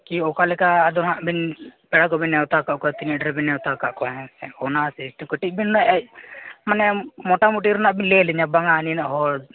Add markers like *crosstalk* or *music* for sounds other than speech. ᱠᱤ ᱚᱠᱟᱞᱮᱠᱟ ᱟᱫᱚᱦᱟᱜᱵᱮᱱ ᱯᱮᱲᱟᱠᱚᱵᱮᱱ ᱱᱮᱣᱛᱟ ᱟᱠᱟᱫᱠᱚᱣᱟ ᱛᱤᱱᱟᱹᱜ ᱰᱷᱮᱨᱵᱮᱱ ᱱᱮᱣᱛᱟ ᱟᱠᱟᱫᱠᱚᱣᱟ ᱦᱮᱸ ᱥᱮ ᱚᱱᱟᱦᱚᱸ ᱥᱮᱦᱮᱛᱩ ᱠᱟᱹᱴᱤᱡ ᱵᱮᱱ *unintelligible* ᱢᱟᱱᱮ ᱢᱚᱴᱟᱢᱩᱴᱤ ᱨᱮᱱᱟᱜᱵᱮᱱ ᱞᱟᱹᱭᱟᱹᱞᱤᱧᱟ ᱵᱟᱝᱟ ᱱᱤᱱᱟᱹᱜ ᱦᱚᱲ